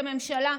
כממשלה,